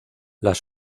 las